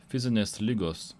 fizinės ligos